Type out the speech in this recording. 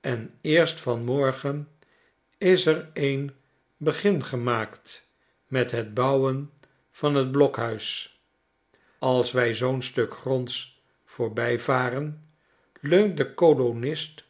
en eerst van morgen is er een begin gemaakt met het bouwen van t blokhuis als wij zoo'n stuk gronds voorbijvaren leunt de kolonist